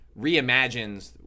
reimagines